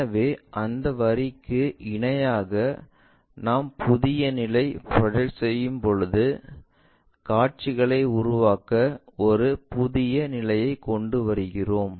எனவே அந்த வரிக்கு இணையாக நாம் புதிய நிலை ப்ரொஜெக்ட் செய்யும்பொழுது காட்சிகளை உருவாக்க ஒரு புதிய நிலையை கொண்டு வருவோம்